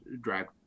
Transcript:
drag